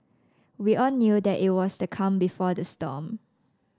we all knew that it was the calm before the storm